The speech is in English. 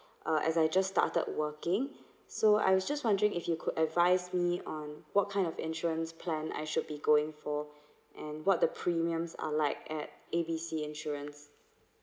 uh as I just started working so I'm just wondering if you could advise me on what kind of insurance plan I should be going for and what the premiums are like at A B C insurance